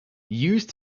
used